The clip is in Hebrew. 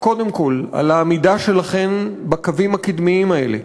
קודם כול, על העמידה שלכם בקווים הקדמיים האלה,